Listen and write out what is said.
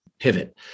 pivot